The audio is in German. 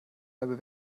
meiner